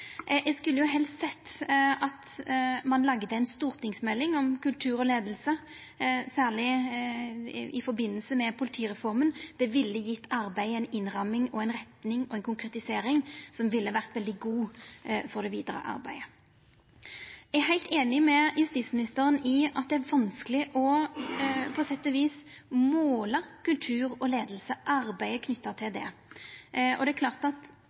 Eg skulle helst sett at ein hadde laga ei stortingsmelding om kultur og leiing, særleg i samband med politireforma. Det ville gitt arbeidet ei innramming, ei retning og ei konkretisering som ville ha vore veldig god for det vidare arbeidet. Eg er heilt einig med justisministeren i at det på sett og vis er vanskeleg å måla arbeidet knytt til kultur og leiing. Det er klart at